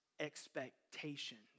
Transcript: expectations